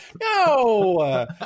no